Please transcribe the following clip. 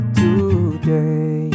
today